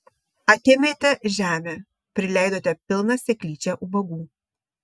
atėmėte žemę prileidote pilną seklyčią ubagų